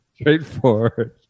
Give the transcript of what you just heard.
Straightforward